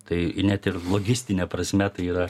tai net ir logistine prasme tai yra